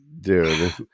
Dude